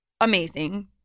amazing